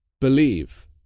believe